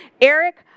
Eric